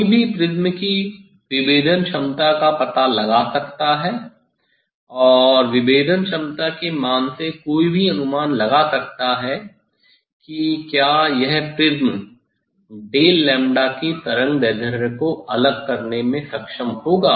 कोई भी प्रिज्म की विभेदन क्षमता का पता लगा सकता है और विभेदन क्षमता के मान से कोई भी अनुमान लगा सकता है कि क्या यह प्रिज्म डेल लैम्ब्डा की तरंगदैर्ध्य को अलग करने में सक्षम होगा